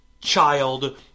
child